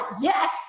yes